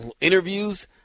interviews